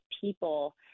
people